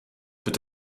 peut